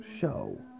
show